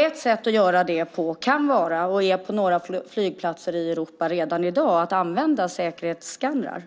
Ett sätt att göra det på kan vara, och är på några flygplatser i Europa redan i dag, att använda säkerhetsskannrar.